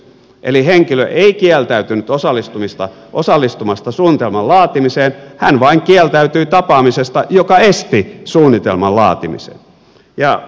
eli henkilö ei kieltäytynyt osallistumasta suunnitelman laatimiseen hän vain kieltäytyi tapaamisesta joka esti suunnitelman laatimisen